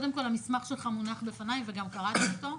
קודם כול המסמך שלך מונח בפניי, וגם קראתי אותו.